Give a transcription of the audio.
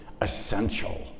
essential